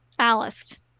Alist